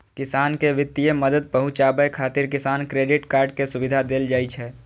किसान कें वित्तीय मदद पहुंचाबै खातिर किसान क्रेडिट कार्ड के सुविधा देल जाइ छै